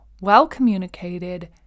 well-communicated